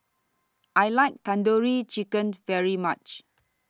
I like Tandoori Chicken very much